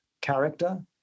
character